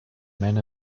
men